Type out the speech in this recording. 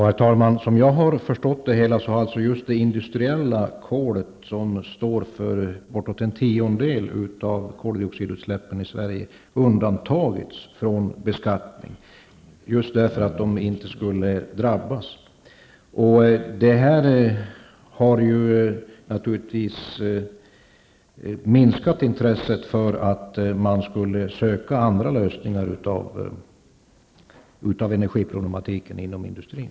Herr talman! Som jag har förstått det hela har just det industriella kolet, som står för bortåt en tiondel av koldioxidutsläppen i Sverige, undantagits från beskattning just därför att industrin inte skulle drabbas. Det har naturligtvis minskat intresset för att man inom industrin skulle söka andra lösningar av energiproblemen.